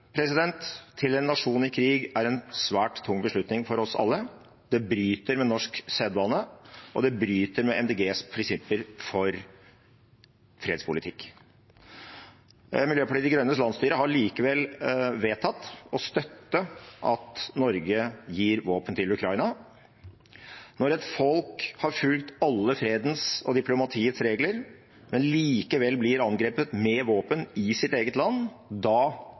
til en nasjon i krig er en svært tung beslutning for oss alle. Det bryter med norsk sedvane, og det bryter med Miljøpartiet De Grønnes prinsipper for fredspolitikk. Miljøpartiet De Grønnes landsstyre har likevel vedtatt å støtte at Norge gir våpen til Ukraina. Når et folk har fulgt alle fredens og diplomatiets regler, men likevel blir angrepet med våpen i sitt eget land,